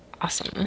Awesome